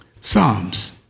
Psalms